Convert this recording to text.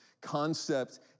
concept